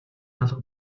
алга